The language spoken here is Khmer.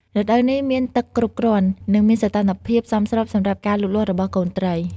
រដូវនេះមានទឹកគ្រប់គ្រាន់ និងមានសីតុណ្ហភាពសមស្របសម្រាប់ការលូតលាស់របស់កូនត្រី។